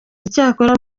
icyakora